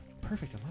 Perfect